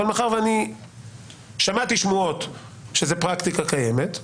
אבל מאחר ושמעתי שמועות שזו פרקטיקה קיימת,